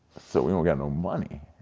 so we don't got no money,